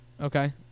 okay